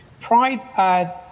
Pride